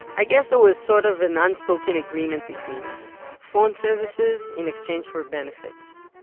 i guess there was sort of an unspoken agreement between us phone services in exchange for benefits.